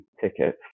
tickets